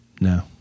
No